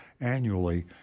annually